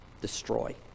destroy